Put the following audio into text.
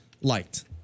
liked